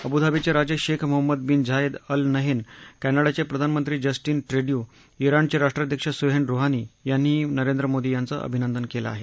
अबुधाबीचे राजे Sheikh Mohammed bin Zayed Al Nahyan कॅनडाचे प्रधानमंत्री जस्टीन बुदाँ उ्राणचे राष्ट्राध्यक्ष सुहेन रुहानी यांनीही नरेंद्र मोदी यांचे अभिनंदन केलं आहे